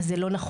אז זה לא נכון,